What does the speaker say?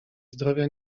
zdrowia